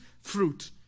fruit